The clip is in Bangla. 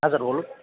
হ্যাঁ স্যার বলুন